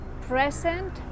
present